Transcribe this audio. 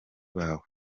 bawo